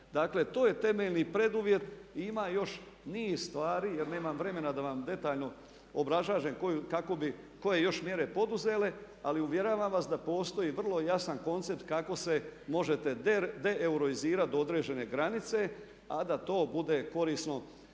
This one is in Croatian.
Dakle, to je temeljni preduvjet i ima još niz stvari, jer nemam vremena da vam detaljno obrazlažem kako bi, koje još mjere poduzele. Ali uvjeravam vas da postoji vrlo jasan koncept kako se možete deeuroizirati do određene granice, a da to bude korisno